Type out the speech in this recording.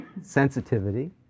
sensitivity